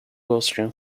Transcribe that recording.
austria